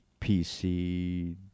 PC